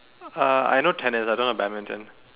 uh I know tennis I don't know badminton